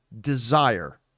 Desire